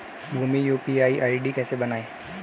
Bhim UPI ID कैसे बनाएं?